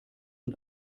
und